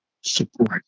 support